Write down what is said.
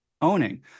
owning